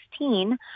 2016